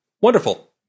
Wonderful